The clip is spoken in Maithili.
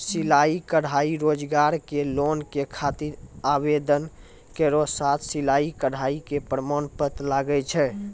सिलाई कढ़ाई रोजगार के लोन के खातिर आवेदन केरो साथ सिलाई कढ़ाई के प्रमाण पत्र लागै छै?